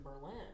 Berlin